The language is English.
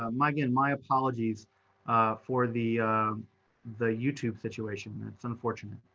ah megan, my apologies for the the youtube situation. that's unfortunate.